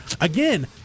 Again